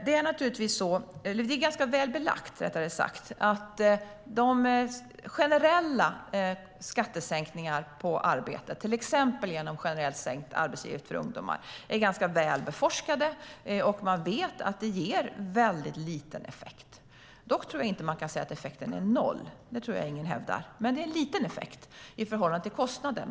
Det är ganska väl belagt vad gäller generella skattesänkningar på arbete, till exempel genom generellt sänkt arbetsgivaravgift för ungdomar. De är ganska väl utforskade, och man vet att de ger en väldigt liten effekt. Dock tror jag inte att man kan säga att effekten är noll. Det tror jag ingen hävdar. Men det är en liten effekt i förhållande till kostnaden.